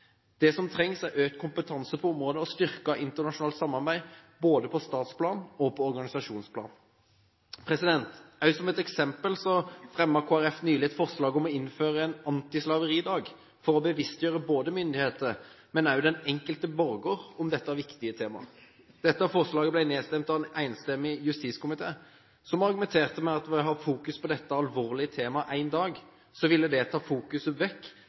Det som trengs, er økt kompetanse på området og styrket internasjonalt samarbeid både på statsplan og på organisasjonsplan. Som et eksempel fremmet Kristelig Folkeparti nylig et forslag om å innføre en antislaveridag for å bevisstgjøre både myndigheter og den enkelte borger om dette viktige temaet. Dette forslaget ble foreslått vedlagt protokollen av en enstemmig justiskomité, som argumenterte med at ved å ha fokus på dette alvorlige temaet en dag, ville det ta fokuset vekk